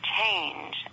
change